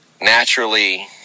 naturally